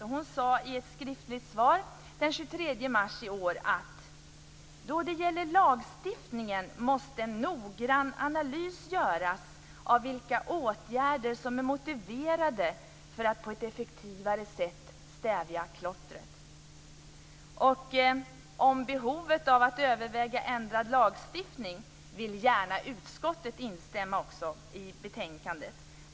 Hon sade i ett skriftligt svar den 23 mars i år: "Då det gäller lagstiftningen måste en noggrann analys göras av vilka åtgärder som är motiverade för att på ett effektivare sätt stävja klottret." I behovet av att överväga ändrad lagstiftning vill också utskottet gärna instämma i betänkandet.